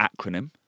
acronym